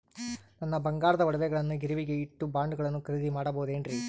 ನನ್ನ ಬಂಗಾರದ ಒಡವೆಗಳನ್ನ ಗಿರಿವಿಗೆ ಇಟ್ಟು ಬಾಂಡುಗಳನ್ನ ಖರೇದಿ ಮಾಡಬಹುದೇನ್ರಿ?